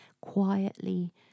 quietly